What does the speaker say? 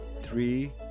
three